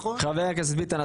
חבר הכנסת ביטן,